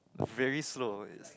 very slow it's